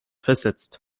versetzt